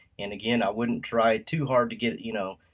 and again, i wouldn't try too hard to get it you know